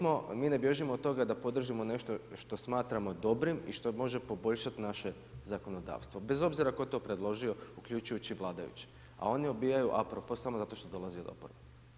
Mi ne bježimo od toga da podržimo nešto što smatramo dobrim i što može poboljšat naše zakonodavstvo, bez obzira tko to predložio, uključujući vladajuće, a oni odbijaju apropo samo zato što dolazi od oporbe.